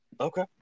Okay